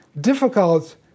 difficult